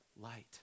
light